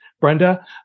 Brenda